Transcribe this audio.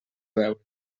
veure